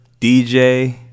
DJ